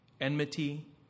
enmity